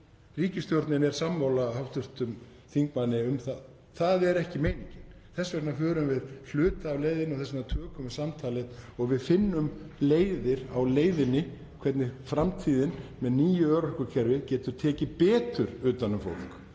Ríkisstjórnin er sammála hv. þingmanni um það. Það er ekki meiningin. Þess vegna förum við hluta af leiðinni og þess vegna tökum við samtalið og finnum leiðir á leiðinni til þess að framtíðin með nýju örorkukerfi geti tekið betur utan um fólk